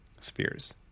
spheres